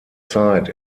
zeit